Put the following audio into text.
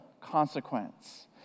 consequence